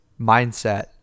mindset